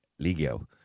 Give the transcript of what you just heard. Ligio